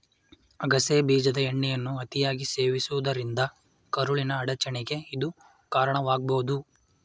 ಅಗಸೆ ಬೀಜದ ಎಣ್ಣೆಯನ್ನು ಅತಿಯಾಗಿ ಸೇವಿಸುವುದರಿಂದ ಕರುಳಿನ ಅಡಚಣೆಗೆ ಇದು ಕಾರಣವಾಗ್ಬೋದು